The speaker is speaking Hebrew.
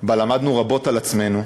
ובה למדנו רבות על עצמנו,